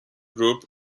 group